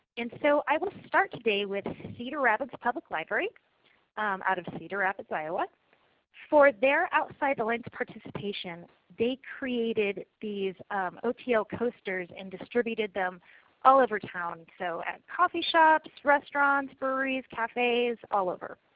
and so i will start today with cedar rapids public library out of cedar rapids iowa for their outside the lines participation. they created these otl posters and distributed them all over town, so at coffee shops, restaurants, breweries, cafes, all over.